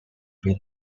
film